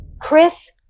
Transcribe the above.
Chris